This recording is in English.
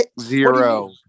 zero